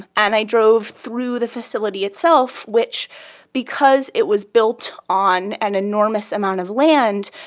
and i drove through the facility itself, which because it was built on an enormous amount of land,